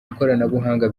ikoranabuhanga